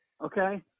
Okay